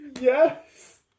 Yes